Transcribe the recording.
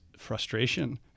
frustration